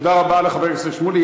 תודה רבה לחבר הכנסת שמולי.